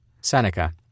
Seneca